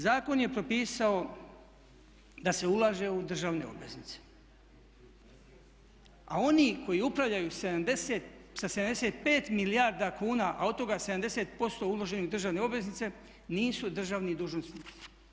Zakon je propisao da se ulaže u državne obveznice, a oni koji upravljaju sa 75 milijarda kuna, a od toga 70% uloženih u državne obveznice nisu državni dužnosnici.